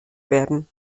werden